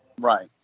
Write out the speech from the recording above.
Right